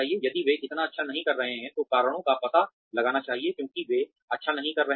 यदि वे इतना अच्छा नहीं कर रहे हैं तो कारणों का पता लगाना चाहिए क्योंकि वे अच्छा नहीं कर रहे हैं